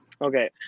Okay